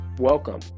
Welcome